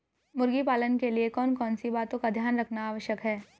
मुर्गी पालन के लिए कौन कौन सी बातों का ध्यान रखना आवश्यक है?